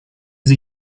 sie